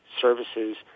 services